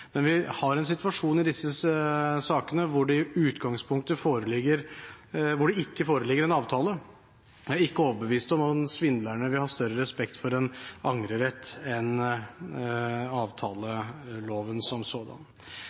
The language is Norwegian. men vi har en situasjon i disse sakene hvor det i utgangspunktet ikke foreligger en avtale. Jeg er ikke overbevist om at svindlerne vil ha større respekt for en angrerett enn for avtaleloven som sådan.